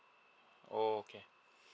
okay